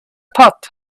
pot